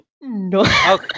No